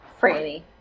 Franny